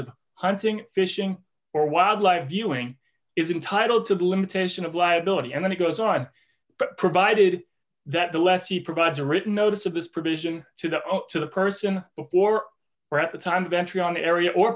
of hunting fishing or wildlife viewing is entitled to the limitation of liability and then goes on provided that the lessee provides a written notice of this provision to the to the person before or at the time ventry on the area or